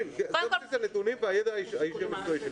בסיס הנתונים והידע האישי שלי.